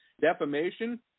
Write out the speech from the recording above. defamation